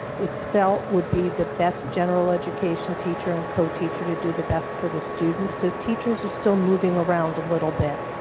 it's felt would be the best general education teacher and co teacher to do the best for the students, so teachers are still moving around a little bit,